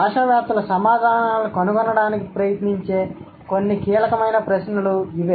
భాషావేత్తలు సమాధానాలను కనుగొనడానికి ప్రయత్నించే కొన్ని కీలకమైన ప్రశ్నలు ఇవి